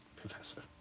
Professor